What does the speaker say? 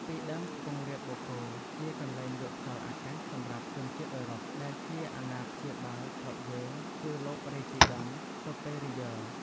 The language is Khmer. ពីដើមខ្ពង់រាបបូកគោ ជាកន្លែងយកខ្យល់អាកាសសម្រាប់ជនជាតិអឺរ៉ុប ដែលជាអាណាព្យាបាលស្រុកយើង គឺលោក រ៉េស៊ីដង់សុប៉េរីយើរ។